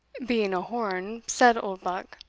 being a horn, said oldbuck,